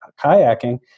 kayaking